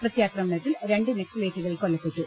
പ്രത്യാക്രമണത്തിൽ രണ്ടു നക്സ ലേറ്റുകൾ കൊല്ലപ്പെട്ടു